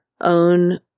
own